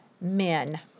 men